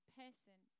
person